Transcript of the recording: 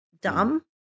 dumb